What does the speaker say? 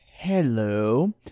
Hello